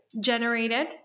generated